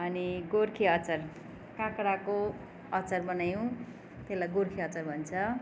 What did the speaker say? अनि गोर्खे अचार काँक्राको अचार बनायौँ त्यसलाई गोर्खे अचार भन्छ